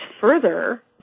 further